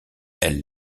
elles